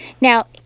Now